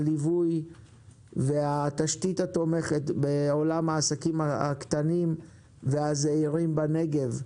הליווי והתשתית התומכת בעולם העסקים הקטנים והזעירים בנגב,